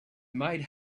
might